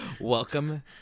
Welcome